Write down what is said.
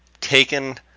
taken